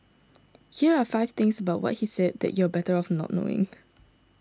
here are five things about what he said that you're better off not knowing